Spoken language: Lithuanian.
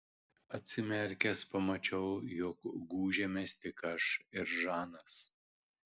atsimerkęs pamačiau jog gūžėmės tik aš ir žanas